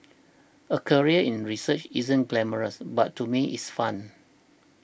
a career in research isn't glamorous but to me it's fun